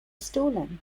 stolen